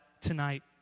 tonight